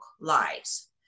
lives